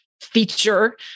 feature